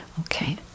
Okay